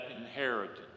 inheritance